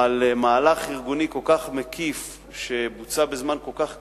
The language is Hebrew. במהלך ארגוני כל כך מקיף שבוצע בזמן כל כך קצר,